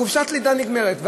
חופשת הלידה נגמרת.